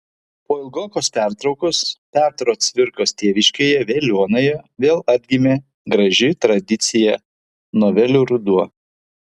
po ilgokos pertraukos petro cvirkos tėviškėje veliuonoje vėl atgimė graži tradicija novelių ruduo